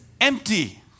empty